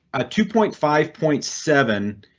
ah two point five point seven